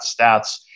stats